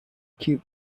cute